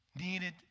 needed